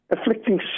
afflicting